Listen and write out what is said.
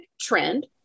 trend